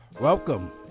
Welcome